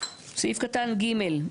סעיף קטן (ג)